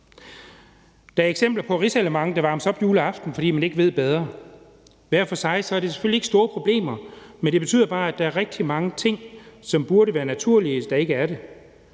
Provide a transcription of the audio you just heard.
Der er eksempler på risalamande, der varmes op juleaften, fordi man ikke ved bedre. Hver for sig er det selvfølgelig ikke store problemer, men det betyder bare, at der er rigtig mange ting, som burde være naturlige, men som ikke er det.